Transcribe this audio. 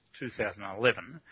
2011